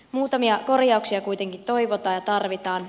muutamia korjauksia kuitenkin toivotaan ja tarvitaan